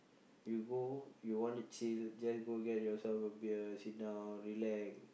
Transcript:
you go you want to chill just go get yourself a beer sit down relax